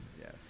yes